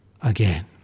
again